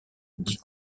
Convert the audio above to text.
dit